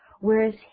whereas